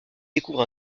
découvre